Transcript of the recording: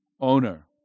owner